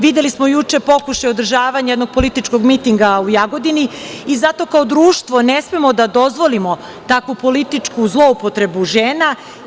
Videli smo juče pokušaj održavanja jednog političkog mitinga u Jagodini i zato kao društvo ne smemo da dozvolimo takvu političku zloupotrebu žena.